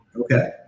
okay